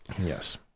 yes